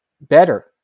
better